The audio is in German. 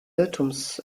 irrtums